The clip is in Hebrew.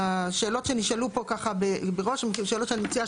השאלות שנשאלו פה ככה הן שאלות שאני מציעה